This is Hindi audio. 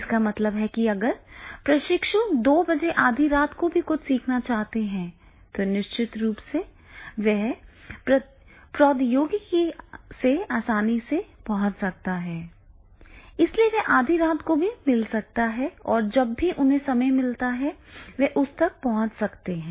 इसका मतलब है कि अगर प्रशिक्षु 2 बजे आधी रात को कुछ भी सीखना चाहता है तो निश्चित रूप से वह प्रौद्योगिकी पर आसानी से पहुंच सकता है और इसलिए वह आधी रात को भी मिल सकता है या जब भी उन्हें समय मिलता है वे उस तक पहुंच सकते हैं